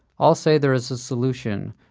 all say there is a solution,